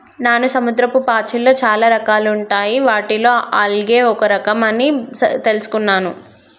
నాను సముద్రపు పాచిలో చాలా రకాలుంటాయి వాటిలో ఆల్గే ఒక రఖం అని తెలుసుకున్నాను